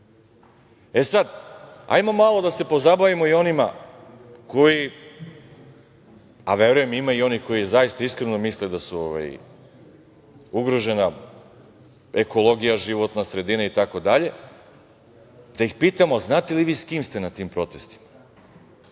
ajmo malo da se pozabavimo i onima koji, a verujem ima i onih koji zaista iskreno misle da su ugrožena ekologija, životna sredina i tako dalje, da ih pitamo – znate li vi sa kime ste na tim protestima?